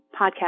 podcast